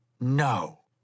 No